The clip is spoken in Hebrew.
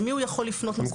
למי הוא יכול לפנות עם זה?